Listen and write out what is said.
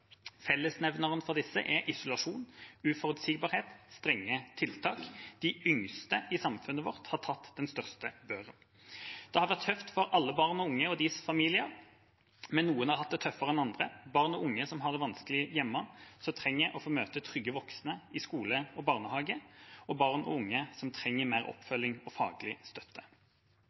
Fellesnevneren for disse er isolasjon, uforutsigbarhet og strenge tiltak. De yngste i samfunnet vårt har tatt den største børa. Det har vært tøft for alle barn og unge og deres familier, men noen har hatt det tøffere enn andre: barn og unge som har det vanskelig hjemme og trenger å møte trygge voksne i skole og barnehage, og barn og unge som trenger mer oppfølging og faglig støtte.